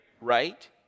right